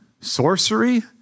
sorcery